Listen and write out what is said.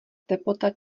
teplota